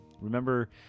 remember